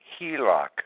HELOC